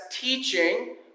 teaching